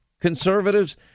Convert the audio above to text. conservatives